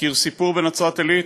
מכיר סיפור בנצרת-עילית,